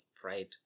pride